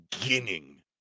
beginning